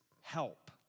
help